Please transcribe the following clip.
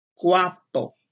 guapo